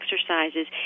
exercises